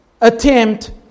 attempt